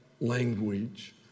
language